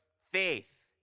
faith